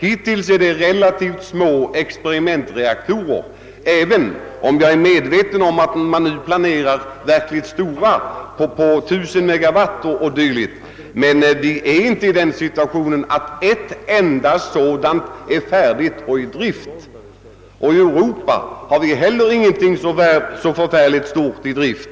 Hittills är det fråga om relativt små experimentreaktorer, även om jag är medveten om att man nu planerar verkligt stora sådana på 1000 mW o.d. Ännu är emellertid inte en enda sådan reaktor färdig och i drift. I Europa har vi heller inte någon så stor reaktor i drift.